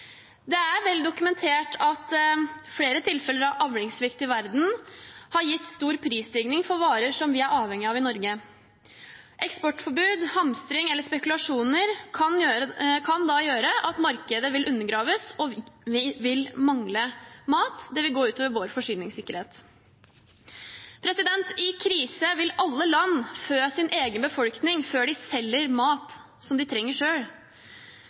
Det er vel dokumentert at flere tilfeller av avlingssvikt i verden har gitt stor prisstigning for varer som vi er avhengige av i Norge. Eksportforbud, hamstring eller spekulasjoner kan da gjøre at markedet vil undergraves og vi vil mangle mat. Det vil gå ut over vår forsyningssikkerhet. I krise vil alle land fø sin egen befolkning før de selger mat som de trenger